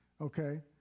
Okay